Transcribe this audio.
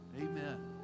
Amen